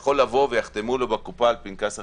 יכול לבוא ויחתמו לו בקופה על פנקס החיסונים.